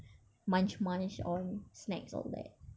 munch munch on snack or what